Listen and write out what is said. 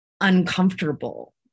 uncomfortable